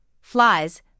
flies